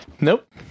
Nope